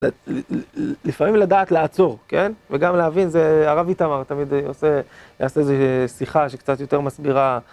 לפעמים לדעת לעצור, כן? וגם להבין זה, הרב איתמר תמיד עושה איזו שיחה שקצת יותר מסבירה